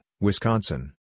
Wisconsin